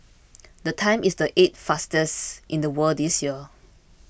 the time is the eighth fastest in the world this year